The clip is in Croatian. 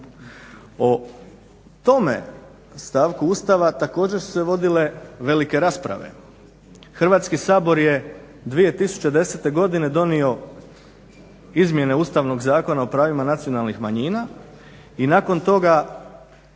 O tome stavku Ustava također su se vodile velike rasprave. Hrvatski sabor je 2010. godine donio izmjene Ustavnog zakona o pravima nacionalnih manjina i nakon toga